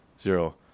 Zero